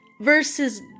versus